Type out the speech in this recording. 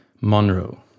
Monroe